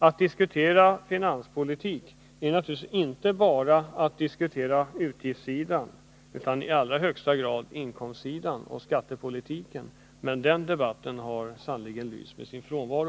Att diskutera finanspolitik innebär inte bara att diskutera utgiftssidan utan i allra högsta grad att diskutera inkomstsidan och skattepolitiken, men den debatten har hittills sannerligen lyst med sin frånvaro.